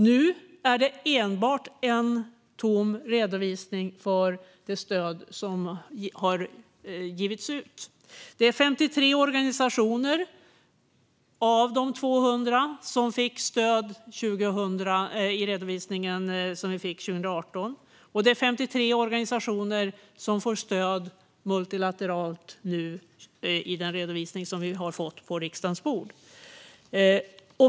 Nu är det bara en tom redovisning för det stöd som givits ut. Det var 53 av 200 organisationer som fick stöd enligt den redovisning vi fick 2018, och det är 53 organisationer som nu får stöd enligt den redovisning som vi nu har på riksdagens bord.